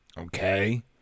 Okay